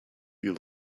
you